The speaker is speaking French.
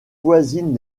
voisines